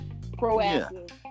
proactive